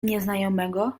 nieznajomego